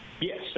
Yes